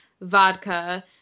vodka